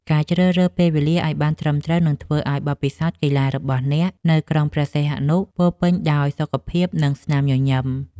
ការជ្រើសរើសពេលវេលាឱ្យបានត្រឹមត្រូវនឹងធ្វើឱ្យបទពិសោធន៍កីឡារបស់អ្នកនៅក្រុងព្រះសីហនុពោរពេញដោយសុខភាព និងស្នាមញញឹម។